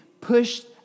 pushed